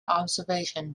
observation